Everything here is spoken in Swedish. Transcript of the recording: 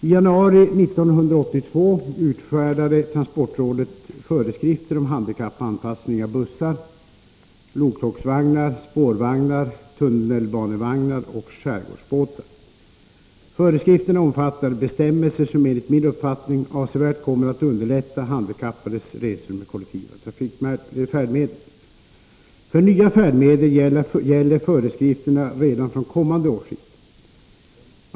I januari 1982 utfärdade transportrådet föreskrifter om handikappanpassning av bussar, loktågsvagnar, spårvagnar, tunnelbanevagnar och skärgårdsbåtar. Föreskrifterna omfattar bestämmelser, som enligt min uppfattning, avsevärt kommer att underlätta handikappades resor med kollektiva färdmedel. För nya färdmedel gäller föreskrifterna redan från kommande årsskifte.